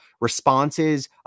responses